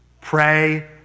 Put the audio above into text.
Pray